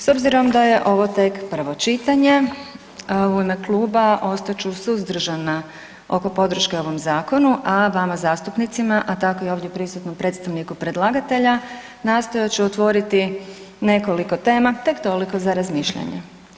S obzirom da je ovo tek prvo čitanje, u ime kluba ostat ću suzdržana oko podrške ovom Zakonu, a vama zastupnicima, a tako i ovdje prisutnom predstavniku predlagatelja nastojat ću otvoriti nekoliko tema tek toliko za razmišljanje.